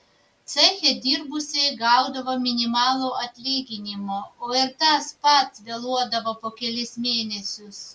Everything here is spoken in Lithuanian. ceche dirbusieji gaudavo minimalų atlyginimą o ir tas pats vėluodavo po kelis mėnesius